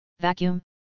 vacuum